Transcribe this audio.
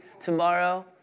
tomorrow